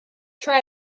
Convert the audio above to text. try